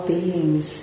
beings